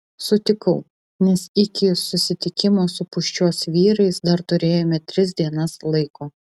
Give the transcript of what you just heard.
sutikau nes iki susitikimo su pūščios vyrais dar turėjome tris dienas laiko